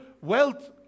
wealth